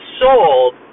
sold